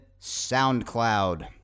soundcloud